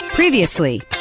Previously